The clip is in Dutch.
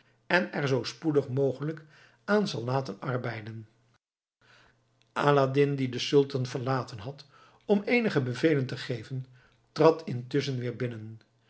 en er zoo spoedig mogelijk aan zal laten arbeiden aladdin die den sultan verlaten had om eenige bevelen te geven trad intusschen weer binnen